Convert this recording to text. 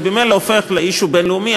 זה ממילא הופך לעניין בין-לאומי.